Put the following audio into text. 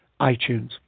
iTunes